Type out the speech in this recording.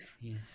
Yes